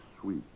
sweet